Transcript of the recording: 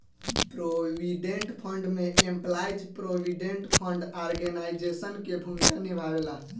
provident fund में employees provident fund organisation के भूमिका निभावेला